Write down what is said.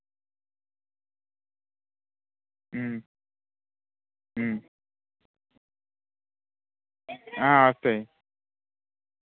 ఆ certificate xerox కావాలి bank passbook Aadhaar card ration card two photos ఇవి తీసుకొని వస్తే మేము అప్లై చేస్తాం